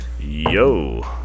Yo